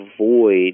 avoid